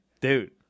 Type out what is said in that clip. Dude